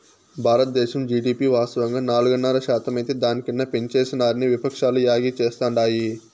బారద్దేశం జీడీపి వాస్తవంగా నాలుగున్నర శాతమైతే దాని కన్నా పెంచేసినారని విపక్షాలు యాగీ చేస్తాండాయి